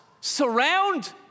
surround